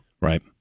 right